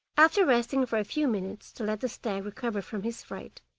after resting for a few minutes, to let the stag recover from his fright,